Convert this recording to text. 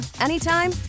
anytime